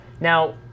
Now